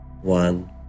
one